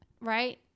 right